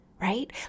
right